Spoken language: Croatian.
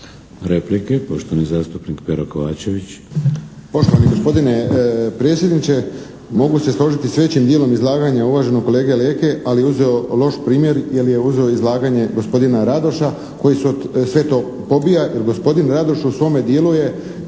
Replike. Poštovani zastupnik Pero Kovačević.